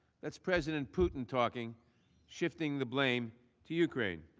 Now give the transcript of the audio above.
that is president putin talking shifting the blame to ukraine.